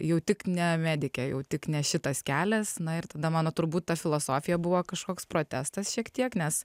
jau tik ne medikė jau tik ne šitas kelias na ir tada mano turbūt ta filosofija buvo kažkoks protestas šiek tiek nes